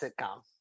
sitcom